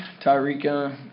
Tyreek